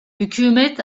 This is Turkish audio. hükümet